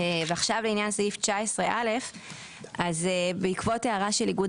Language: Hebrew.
ועכשיו לעניין סעיף 19א. בעקבות ההערה של איגוד